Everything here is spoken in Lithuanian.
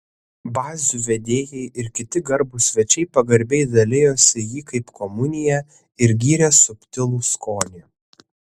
bazių vedėjai ir kiti garbūs svečiai pagarbiai dalijosi jį kaip komuniją ir gyrė subtilų skonį